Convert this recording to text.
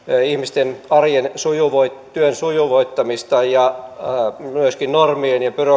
ihmisten arjen ja työn sujuvoittamista ja myöskin normien ja byrokratian